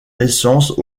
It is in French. naissance